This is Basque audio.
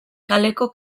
kaleko